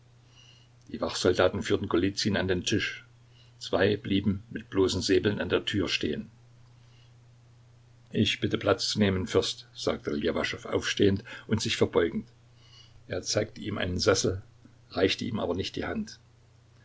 die wachsoldaten führten golizyn an den tisch zwei blieben mit bloßen säbeln an der tür stehen ich bitte platz zu nehmen fürst sagte ljewaschow aufstehend und sich verbeugend er zeigte ihm einen sessel reichte ihm aber nicht die hand